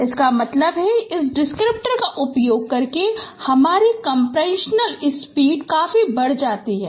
इसका मतलब है कि इस डिस्क्रिप्टर का उपयोग करके हमारी कंप्रेशनल स्पीड काफी बढ़ जाती है